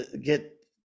get